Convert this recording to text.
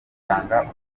batanga